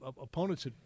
opponents